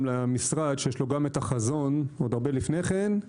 למשרד שיש לו גם את החזון מעוד הרבה לפני כן,